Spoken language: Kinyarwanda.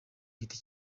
giti